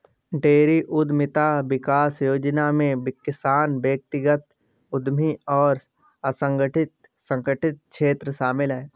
dairy उद्यमिता विकास योजना में किसान व्यक्तिगत उद्यमी और असंगठित संगठित क्षेत्र शामिल है